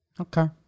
Okay